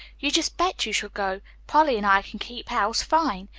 you just bet you shall go. polly and i can keep house, fine!